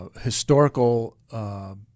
historical